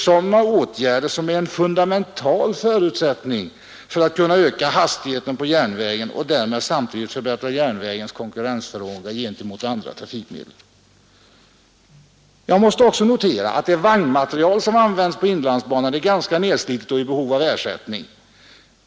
Sådana åtgärder är ju en fundamental förutsättning för att man skall kunna öka hastigheten på järnvägen och därmed samtidigt förbättra järnvägens konkurrensförmåga gentemot andra trafikmedel. Jag måste också notera att den vagnmateriel som använts på inlandsbanan är ganska nedsliten och i behov av ersättning.